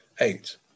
eight